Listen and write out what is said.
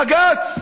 בג"ץ.